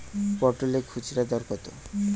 পটলের খুচরা দর কত?